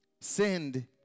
send